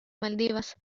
maldivas